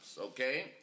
okay